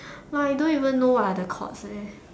like I don't even know what are the chords eh